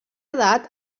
edat